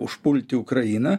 užpulti ukrainą